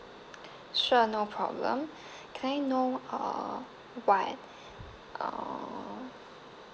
sure no problem can I know uh what uh